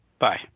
Bye